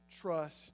trust